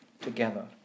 together